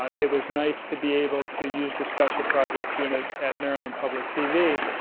it was nice to be able to use the special projects unit at maryland public tv.